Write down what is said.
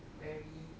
very